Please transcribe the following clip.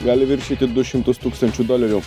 gali viršyti du šimtus tūkstančių dolerių